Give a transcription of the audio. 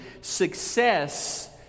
Success